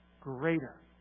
greater